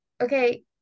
okay